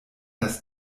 das